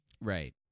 Right